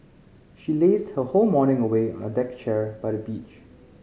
she lazed her whole morning away on a deck chair by the beach